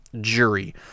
jury